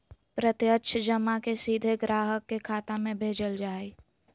प्रत्यक्ष जमा के सीधे ग्राहक के खाता में भेजल जा हइ